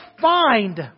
find